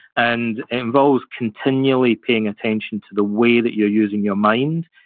and involves continually paying attention to the way that you're using your mind,